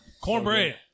Cornbread